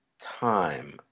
time